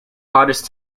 hottest